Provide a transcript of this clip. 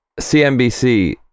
CNBC